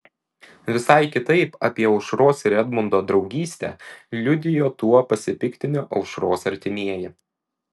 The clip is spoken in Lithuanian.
visai kitaip apie aušros ir edmundo draugystę liudijo tuo pasipiktinę aušros artimieji